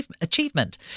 Achievement